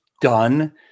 done